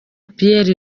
pierre